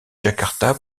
jakarta